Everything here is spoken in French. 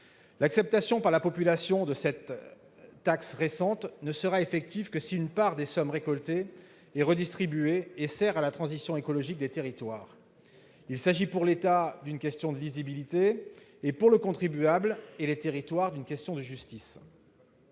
La population n'acceptera cette taxe récente que si une part des sommes récoltées est redistribuée et sert à la transition écologique des territoires. Il s'agit pour l'État d'une question de lisibilité et pour le contribuable et les territoires d'une question de justice.